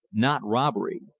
not robbery.